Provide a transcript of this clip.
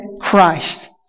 Christ